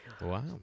Wow